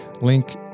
link